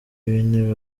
w’intebe